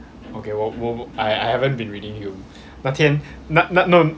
okay 我我 I I haven't been reading hume 那天那那 no